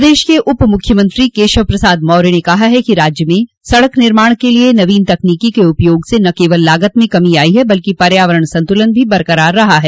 प्रदेश के उप मुख्यमंत्री केशव प्रसाद मौर्य ने कहा है कि राज्य में सड़क निर्माण के लिए नवीन तकनीकी के उपयोग से न सिफ लागत में कमी आयी है बल्कि पर्यावरण संतुलन भी बरकरार रहा है